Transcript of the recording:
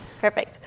Perfect